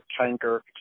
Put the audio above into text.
tanker